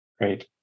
Great